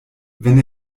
wenn